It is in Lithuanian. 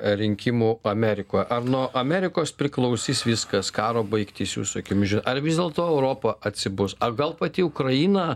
rinkimų amerikoj ar nuo amerikos priklausys viskas karo baigtis jūsų akimis žiū ar vis dėlto europa atsibus o gal pati ukraina